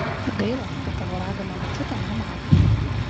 gaila kad tavo ragana močiutė nematė